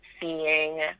seeing